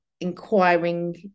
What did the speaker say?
inquiring